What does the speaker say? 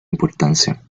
importancia